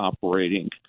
operating